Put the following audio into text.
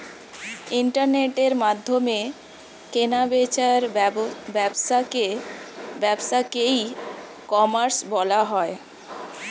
ইন্টারনেটের মাধ্যমে কেনা বেচার ব্যবসাকে ই কমার্স বলা হয়